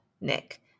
Nick